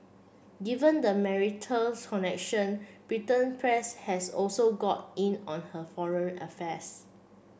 given the marital connection Britain press has also got in on her foreign affairs